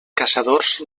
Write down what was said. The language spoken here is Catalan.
caçadors